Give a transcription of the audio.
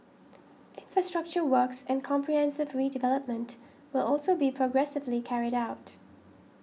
infrastructure works and comprehensive redevelopment will also be progressively carried out